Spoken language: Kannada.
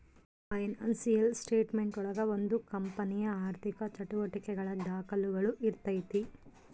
ಫೈನಾನ್ಸಿಯಲ್ ಸ್ಟೆಟ್ ಮೆಂಟ್ ಒಳಗ ಒಂದು ಕಂಪನಿಯ ಆರ್ಥಿಕ ಚಟುವಟಿಕೆಗಳ ದಾಖುಲುಗಳು ಇರ್ತೈತಿ